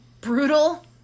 brutal